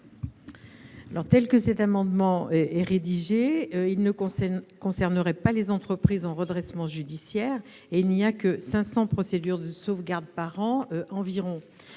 est rédigé, cet amendement ne concernerait pas les entreprises en redressement judiciaire, et il n'y a que 500 procédures de sauvegarde par an environ.